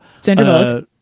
Sandra